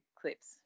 clips